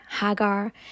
Hagar